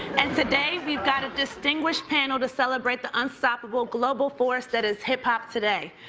and today we've got a distinguished panel to celebrate the unstoppable global force that is hip-hop today.